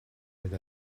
oedd